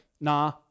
nah